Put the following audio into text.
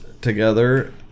together